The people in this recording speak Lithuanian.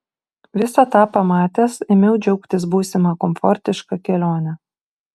visą tą pamatęs ėmiau džiaugtis būsima komfortiška kelione